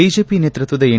BJP ನೇತೃತ್ವದ N